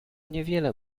niewiele